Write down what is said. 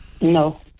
No